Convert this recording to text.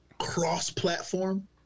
cross-platform